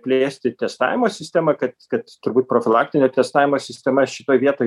plėsti testavimo sistemą kad turbūt profilaktinio testavimo sistema šitoj vietoj